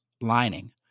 lining